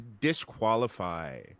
disqualify